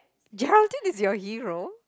Geraldine is your hero